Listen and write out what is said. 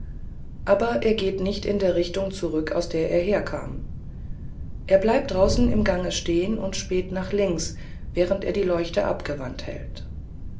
aber er geht nicht in der richtung zurück aus der er herkam er bleibt draußen im gange stehen und späht nach links während er die leuchte abgewandt hält